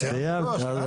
סיימת?